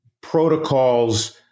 protocols